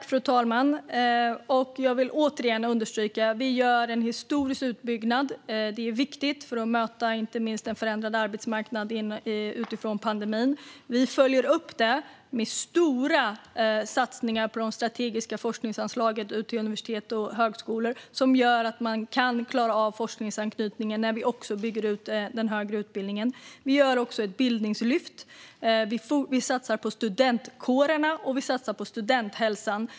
Fru talman! Jag vill återigen understryka att vi gör en historisk utbyggnad. Det är viktigt för att möta inte minst en förändrad arbetsmarknad utifrån pandemin. Vi följer upp det med stora satsningar på de strategiska forskningsanslagen till universitet och högskolor, som gör att man kan klara av forskningsanknytningen när vi också bygger ut den högre utbildningen. Vi gör ett bildningslyft, vi satsar på studentkårerna och vi satsar på studenthälsan.